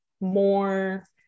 more